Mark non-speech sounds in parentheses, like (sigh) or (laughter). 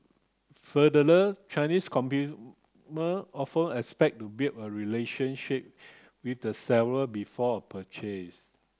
(unintelligible) Chinese (unintelligible) often expect to build a relationship with the seller before a purchase